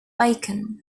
bacon